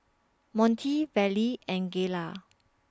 Monty Vallie and Gayla